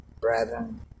Brethren